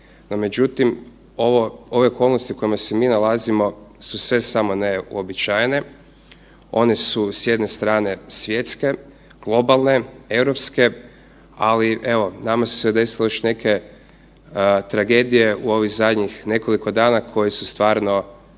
međutim ove okolnosti u kojima se mi nalazimo su sve samo ne uobičajene, one su s jedne strane svjetske, globalne, europske, ali nama su se desile još neke tragedije u ovih zadnjih nekoliko dana koje su stvarno na razini